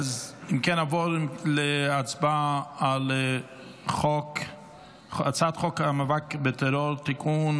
נעבור להצבעה על הצעת חוק המאבק בטרור (תיקון,